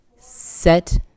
set